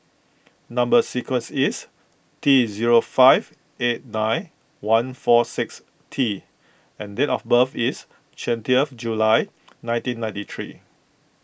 Number Sequence is T zero five eight nine one four six T and date of birth is twentieth June nineteen ninety three